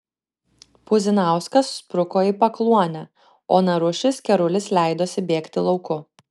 puzinauskas spruko į pakluonę o narušis kerulis leidosi bėgti lauku